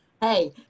hey